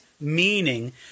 meaning